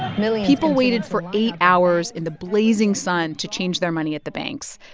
millions. people waited for eight hours in the blazing sun to change their money at the banks.